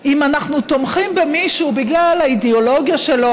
אם אנחנו תומכים במישהו בגלל האידיאולוגיה שלו,